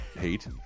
hate